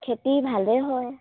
খেতি ভালেই হয়